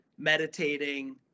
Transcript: meditating